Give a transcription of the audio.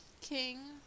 King